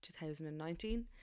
2019